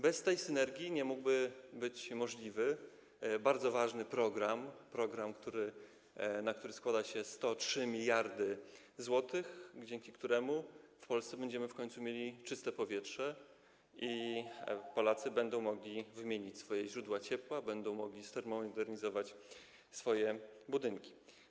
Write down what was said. Bez tej synergii nie mógłby być możliwy bardzo ważny program, na który składa się 103 mld zł, dzięki któremu w Polsce będziemy w końcu mieli czyste powietrze i Polacy będą mogli wymienić swoje źródła ciepła, będą mogli termomodernizować swoje budynki.